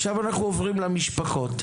עכשיו אנחנו עוברים למשפחות.